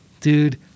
dude